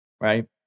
right